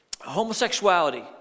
Homosexuality